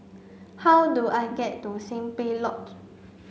how do I get to Simply Lodge